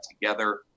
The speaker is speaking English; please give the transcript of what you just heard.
together